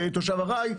תושב ארעי,